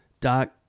Doc